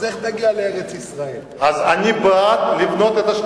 אז איך תגיע לארץ-ישראל?